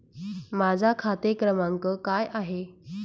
माझा खाते क्रमांक काय आहे?